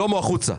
שלמה, החוצה.